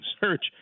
search